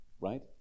right